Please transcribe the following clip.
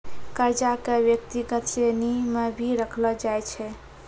कर्जा क व्यक्तिगत श्रेणी म भी रखलो जाय छै